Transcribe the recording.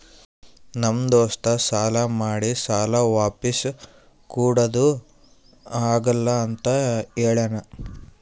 ನಮ್ ದೋಸ್ತ ಸಾಲಾ ಮಾಡಿ ಸಾಲಾ ವಾಪಿಸ್ ಕುಡಾದು ಆಗಲ್ಲ ಅಂತ ಹೇಳ್ಯಾನ್